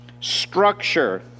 structure